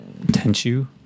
Tenshu